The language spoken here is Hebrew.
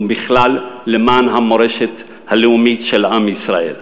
ובכלל למען המורשת הלאומית של עם ישראל.